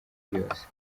byose